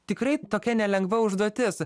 tikrai tokia nelengva užduotis